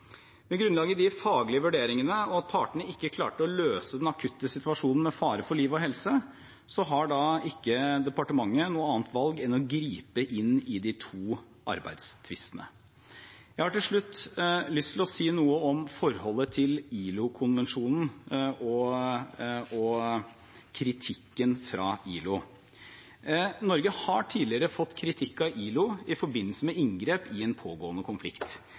Med grunnlag i de faglige vurderingene og at partene ikke klarte å løse den akutte situasjonen med fare for liv og helse, har departementet ikke noe annet valg enn å gripe inn i de to arbeidstvistene. Jeg har til slutt lyst til å si noe om forholdet til ILO-konvensjonen og kritikken fra ILO. Norge har tidligere fått kritikk av ILO i forbindelse med inngrep i en pågående konflikt.